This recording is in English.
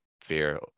fear